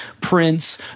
Prince